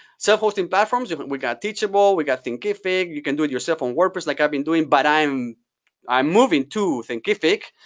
self-hosting platforms, we've got teachable. we've got thinkific. you can do it yourself on workbooks, like i've been doing, but i am i am moving to thinkific.